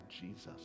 Jesus